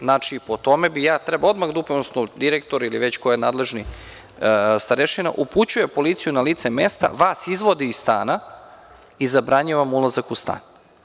Znači, po tome bih ja trebao odmah, odnosno direktor, ili već ko je nadležni starešina, da uputim policiju na lice mesta, vas izvodi iz stana i zabranjuje vam ulazak u stan.